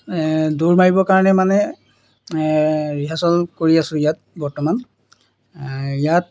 দৌৰ মাৰিবৰ কাৰণে মানে ৰিহাৰ্ছেল কৰি আছোঁ ইয়াত বৰ্তমান ইয়াত